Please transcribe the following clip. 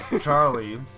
Charlie